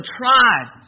tried